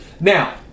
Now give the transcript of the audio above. now